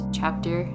chapter